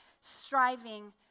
striving